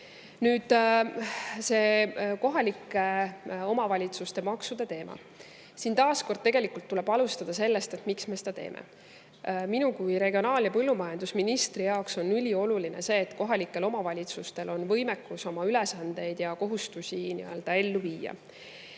Nüüd see kohalike omavalitsuste maksude teema. Siin taas kord tuleb alustada sellest, miks me seda teeme. Minu kui regionaal- ja põllumajandusministri jaoks on ülioluline see, et kohalikel omavalitsustel on võimekus oma ülesandeid ja kohustusi [täita]. Ja